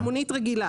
של מונית רגילה.